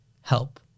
help